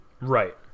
right